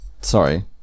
sorry